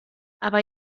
aber